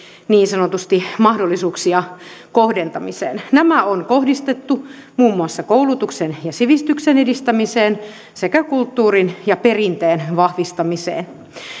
niin sanotusti mahdollisuuksia kohdentamiseen nämä on kohdistettu muun muassa koulutuksen ja sivistyksen edistämiseen sekä kulttuurin ja perinteen vahvistamiseen